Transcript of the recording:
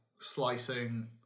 slicing